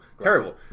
terrible